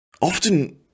often